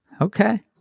Okay